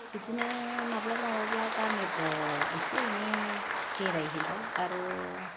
बिदिनो माब्लाबा माब्लाबा गामिफ्राव इसे एनै बेरायहैबाय आरो